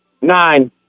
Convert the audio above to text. Nine